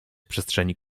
przestrzeni